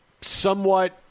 somewhat